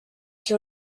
qui